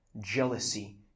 jealousy